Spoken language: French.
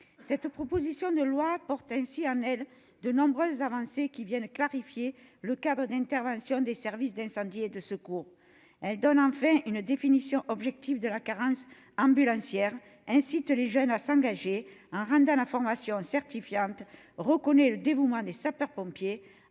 Cette proposition de loi porte ainsi en elle de nombreuses avancées qui viennent clarifier le cadre d'intervention des services d'incendie et de secours. Elle donne enfin une définition objective de la carence ambulancière, incite des jeunes à s'engager en rendant la formation certifiante, reconnaît le dévouement des sapeurs-pompiers en